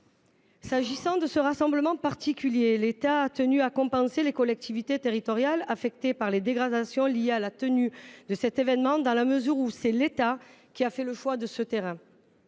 Concernant ce rassemblement en particulier, l’État a tenu à compenser les collectivités territoriales affectées par les dégradations liées à la tenue de cet événement, dans la mesure où il a choisi lui même ce terrain